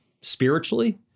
spiritually